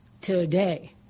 today